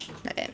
like that